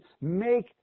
make